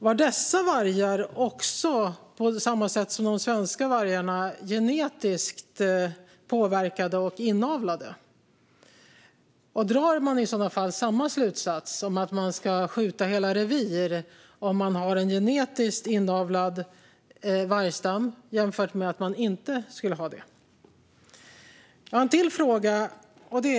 Var dessa vargar på samma sätt som de svenska vargarna genetiskt påverkade och inavlade? Drar man i sådana fall samma slutsats om att skjuta hela revir om man har en genetiskt inavlad vargstam jämfört med om man inte skulle ha det? Jag har en fråga till.